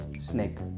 snake